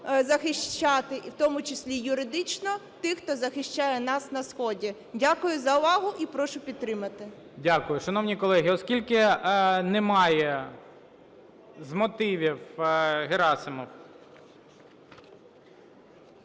захищати і в тому числі юридично тих, хто захищає нас на сході. Дякую за увагу. І прошу підтримати. ГОЛОВУЮЧИЙ. Дякую. Шановні колеги, оскільки немає з мотивів, Герасимов.